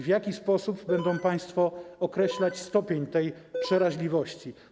W jaki sposób będą państwo określać stopień przeraźliwości?